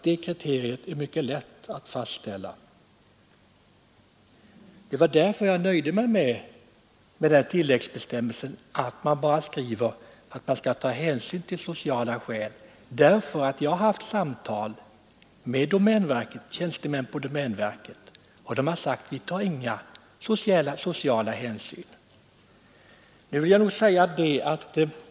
Det var därför jag nöjde mig med detta tillägg ”såsom exempelvis sociala skäl”. Jag har haft samtal med tjänstemän på domänverket, och de har sagt att de inte tar några sociala hänsyn när det gäller försäljning av staten tillhörig mark.